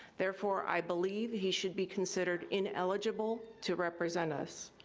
therefore, i believe he should be considered ineligible to represent us.